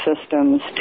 systems